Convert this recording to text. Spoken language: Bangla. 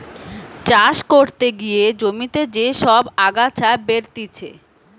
চাষ করতে গিয়ে জমিতে যে সব আগাছা বেরতিছে